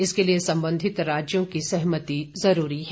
इसके लिए संबंधित राज्यों की सहमति जरूरी है